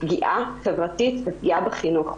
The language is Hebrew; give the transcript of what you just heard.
פגיעה חברתית ופגיעה בחינוך.